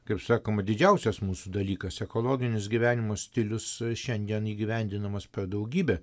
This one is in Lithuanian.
kaip sakoma didžiausias mūsų dalykas ekologinis gyvenimo stilius šiandien įgyvendinamas per daugybę